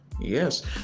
yes